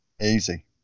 easy